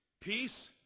peace